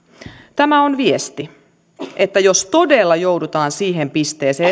tämä on viesti että jos todella joudutaan siihen pisteeseen